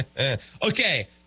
Okay